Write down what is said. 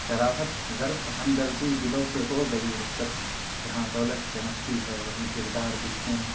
شرافت ظرف ہمدردی دلوں سے ہو گئی رخصت جہاں دولت چمکتی ہے وہیں کردار بکتے ہیں